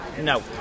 No